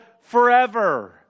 forever